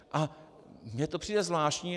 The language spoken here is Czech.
A mně to přijde zvláštní.